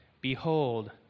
Behold